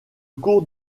cours